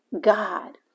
God